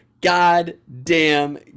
goddamn